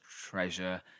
treasure